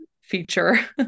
feature